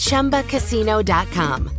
Chumbacasino.com